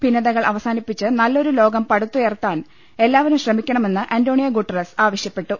ഭിന്നതകൾ അവസാനിപ്പിച്ച് നല്ലൊരു ലോകം പടുത്തുയർത്താൻ എല്ലാവരും ശ്രമിക്കണമെന്ന് അന്റോ ണിയോ ഗുട്ടറസ് ആവശ്യപ്പെട്ടു